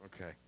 okay